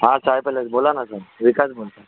हां साई पॅलेस बोला ना सर विकास बोलतो आहे